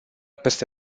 peste